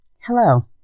Hello